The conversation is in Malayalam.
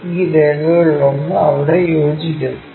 ഈ രേഖകളിലൊന്ന് അവിടെ യോജിക്കുന്നു